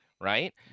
right